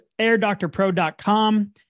AirDoctorPro.com